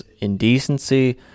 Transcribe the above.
indecency